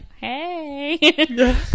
hey